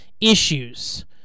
issues